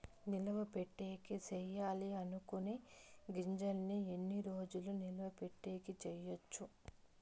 నిలువ పెట్టేకి సేయాలి అనుకునే గింజల్ని ఎన్ని రోజులు నిలువ పెట్టేకి చేయొచ్చు